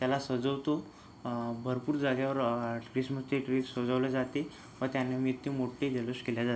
त्याला सजवतो भरपूर जागेवर क्रिसमसचे ट्री सजवले जाते व त्यानिमित्य मोठ्ठे जल्लोष केल्या जाते